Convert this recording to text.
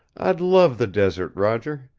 i'd love the desert, roger.